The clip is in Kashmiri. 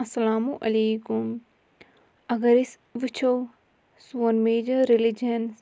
اَسلام علیکُم اَگر أسۍ وٕچھو سون میجَر ریٚلِجَنٕز